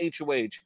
HOH